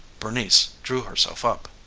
bernice drew herself up.